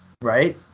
right